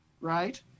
right